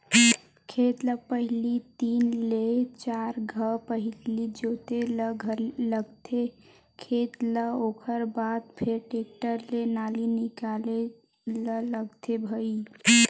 खेत ल पहिली तीन ले चार घांव पहिली जोते ल लगथे खेत ल ओखर बाद फेर टेक्टर ले नाली निकाले ल लगथे भई